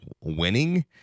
winning